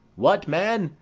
what, man?